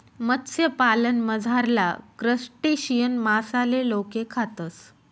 मत्स्यपालनमझारला क्रस्टेशियन मासाले लोके खातस